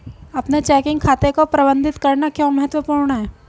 अपने चेकिंग खाते को प्रबंधित करना क्यों महत्वपूर्ण है?